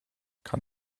kann